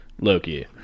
Loki